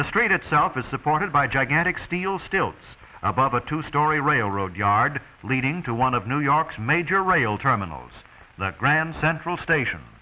the street itself is supported by gigantic steel stilts above a two story railroad yard leading to one of new york's major rail terminals the grand central station